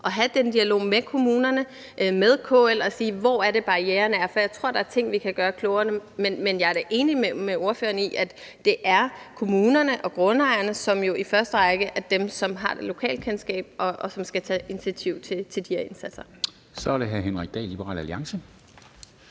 at have den dialog med kommunerne og med KL, og spørge: Hvor er det, barrieren er? For jeg tror, der er ting, vi kan gøre klogere. Men jeg er da enig med ordføreren i, at det er kommunerne og grundejerne, som i første række er dem, som har lokalkendskabet, og som skal tage initiativ til de her indsatser. Kl. 13:16 Formanden (Henrik Dam Kristensen):